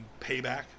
payback